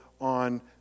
on